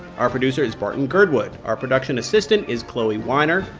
our producer is barton girdwood. our production assistant is chloee weiner.